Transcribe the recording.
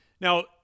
Now